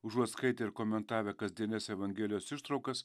užuot skaitę ir komentavę kasdienes evangelijos ištraukas